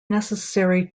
necessary